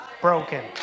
broken